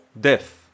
death